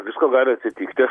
visko gali atsitikti